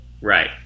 right